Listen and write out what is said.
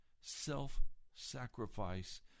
self-sacrifice